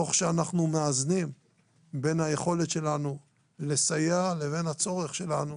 תוך שאנחנו מאזנים בין היכולת שלנו לסייע לבין הצורך שלנו